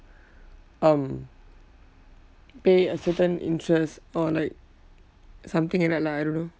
um pay a certain interest or like something like that lah I don't know